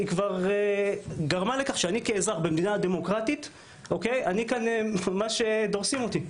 כבר גרמה לכך שאני כאזרח במדינה דמוקרטית - ממש דורסים אותי.